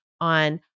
on